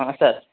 ಹಾಂ ಸರ್